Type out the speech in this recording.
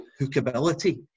hookability